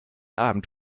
abend